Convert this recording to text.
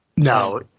no